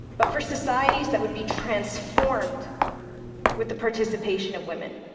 but for societies that would be transformed with the participation of women.